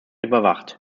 überwacht